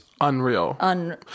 unreal